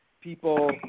people